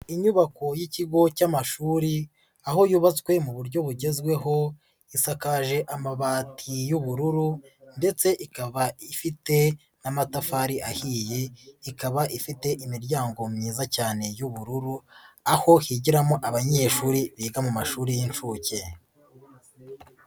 Inyubako y'ikigo cy'amashuri, aho yubatswe mu buryo bugezweho, isakaje amabati y'ubururu ndetse ikaba ifite n'amatafari ahiye, ikaba ifite imiryango myiza cyane y'ubururu, aho higiramo abanyeshuri, biga mu mashuri y'inshuke.